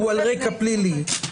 הוא על רקע פלילי,